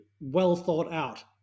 well-thought-out